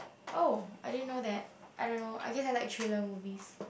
oh I didn't know that I don't know I guess I like trailer movies